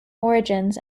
origins